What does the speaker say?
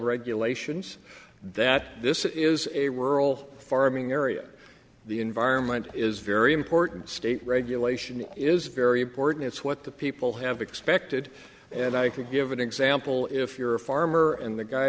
regulations that this is a rural farming area the environment is very important state regulation is very important it's what the people have expected and i could give an example if you're a farmer and the guy